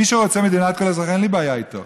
מי שרוצה מדינת כל אזרחיה, אין לי בעיה איתו,